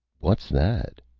what's that?